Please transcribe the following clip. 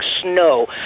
snow